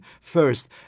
first